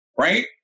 Right